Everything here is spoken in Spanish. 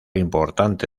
importante